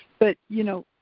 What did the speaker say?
but you know,